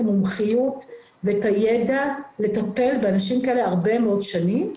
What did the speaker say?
המומחיות ואת הידע לטפל באנשים כאלה הרבה מאוד שנים,